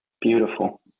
beautiful